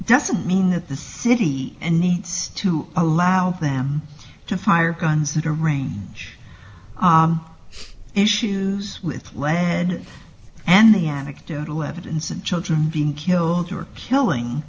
doesn't mean that the city and needs to allow them to fire guns into range issues with lead and the anecdotal evidence and children being killed or killing